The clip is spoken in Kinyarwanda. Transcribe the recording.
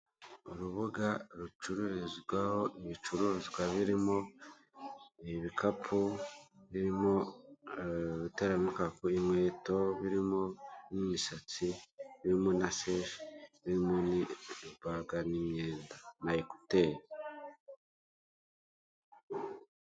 Urubuga rucururizwaho ibicuruzwa birimo ibikapu, birimo ibitara mekapu y'inkweto birimo n'imisatsi, birimo na feshi birimo baga n'imyenda na ekuteri.